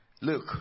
Look